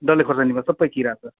डल्ले खोर्सानी सबै किरा छ